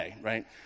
Right